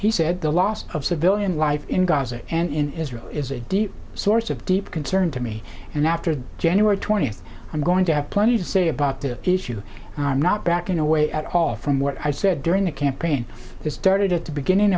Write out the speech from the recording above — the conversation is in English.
he said the loss of civilian life in gaza and in israel is a deep source of deep concern to me and after the january twentieth i'm going to have plenty to say about the issue and i'm not backing away at all from what i said during the campaign this started at the beginning